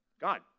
God